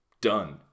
done